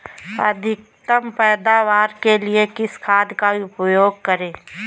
अधिकतम पैदावार के लिए किस खाद का उपयोग करें?